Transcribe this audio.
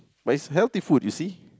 but it's healthy food you see